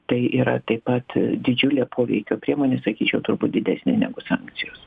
tai yra taip pat didžiulė poveikio priemonė sakyčiau turbūt didesnė negu sankcijos